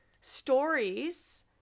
stories